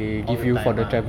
all the time ah